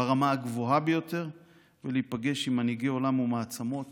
ברמה הגבוהה ביותר ולהיפגש עם מנהיגי עולם ומעצמות